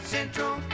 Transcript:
Central